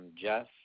Jeff